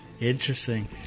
Interesting